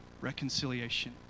reconciliation